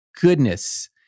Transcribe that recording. goodness